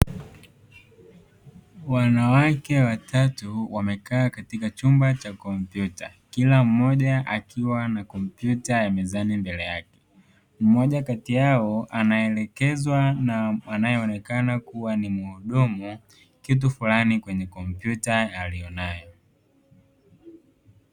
Wanawake watatu wamekaa katika chumba cha kompyuta, kila mmoja akiwa na kompyuta ya mezani mbele yake, mmoja kati yao anaelekezwa na anayeonekana kuwa ni muhudumu, kitu fulani kwenye kompyuta aliyonayo.